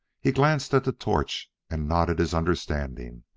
he glanced at the torch and nodded his understanding.